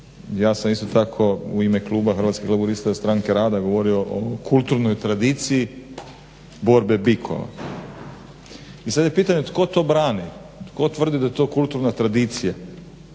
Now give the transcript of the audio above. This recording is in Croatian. ja sam isto tako u ime kluba Hrvatskih laburista-Stranke rada govorio o kulturnoj tradiciji borbe bikova. I sada je pitanje tko to brani, tko tvrdi da je to kulturna tradicija?